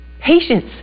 Patience